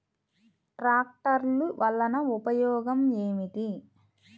ట్రాక్టర్లు వల్లన ఉపయోగం ఏమిటీ?